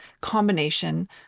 combination